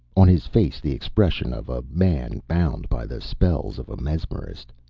on his face the expression of a man bound by the spells of a mesmerist.